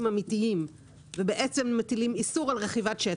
אמיתיים ובעצם מטילים איסור על רכיבת שטח,